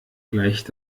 gleicht